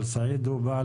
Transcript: אבל סעיד הוא בעל